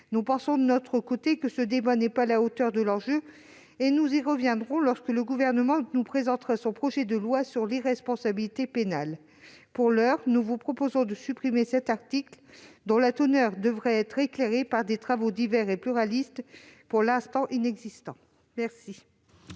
nous considérons que ce débat n'est pas à la hauteur de l'enjeu ; nous y reviendrons lorsque le Gouvernement présentera le projet de loi sur l'irresponsabilité pénale. Pour l'heure, nous vous proposons de supprimer cet article, dont la teneur devrait être éclairée par des travaux divers et pluralistes, encore inexistants. Quel